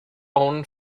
own